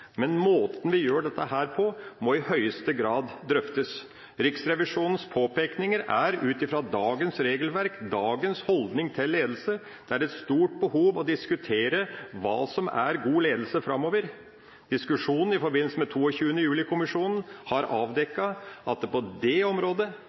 men måten vi gjør dette på, må i høyeste grad drøftes. Riksrevisjonens påpekninger er ut fra dagens regelverk og dagens holdning til ledelse. Det er et stort behov for å diskutere hva som er god ledelse framover. Diskusjonen i forbindelse med 22. juli-kommisjonen har